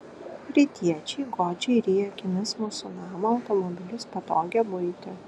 rytiečiai godžiai ryja akimis mūsų namą automobilius patogią buitį